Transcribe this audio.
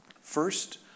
First